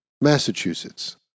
Massachusetts